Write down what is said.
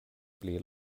pli